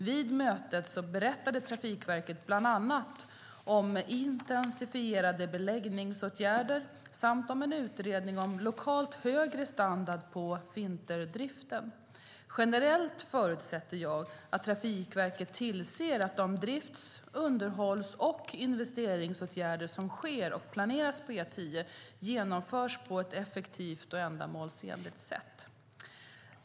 Vid mötet berättade Trafikverket bland annat om intensifierade beläggningsåtgärder samt om en utredning om lokalt högre standard på vinterdriften. Generellt förutsätter jag att Trafikverket tillser att de drifts-, underhålls och investeringsåtgärder som sker och planeras på E10 genomförs på ett effektivt och ändamålsenligt sätt.